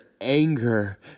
anger